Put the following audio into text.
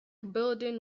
building